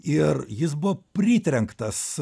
ir jis buvo pritrenktas